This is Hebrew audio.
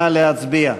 נא להצביע.